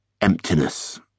Emptiness